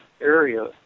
area